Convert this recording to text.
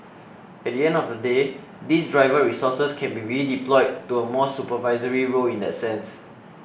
at the end of the day these driver resources can be redeployed to a more supervisory role in that sense